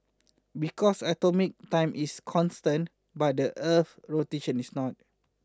because atomic time is constant but the earth's rotation is not